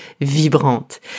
vibrante